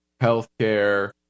healthcare